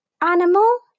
Animal